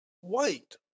white